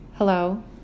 Hello